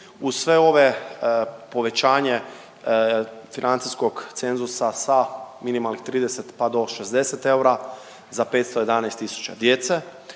Uz sve ove povećanje financijskog cenzusa sa minimalnih 30 pa do 60 eura za 511 tisuća djece